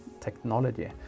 technology